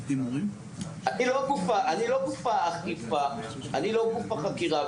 אני לא גוף האכיפה ולא גוף החקירה,